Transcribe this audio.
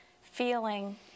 feeling